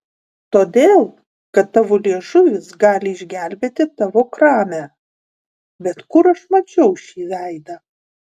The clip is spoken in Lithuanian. todėl kad tavo liežuvis gali išgelbėti tavo kramę bet kur aš mačiau šį veidą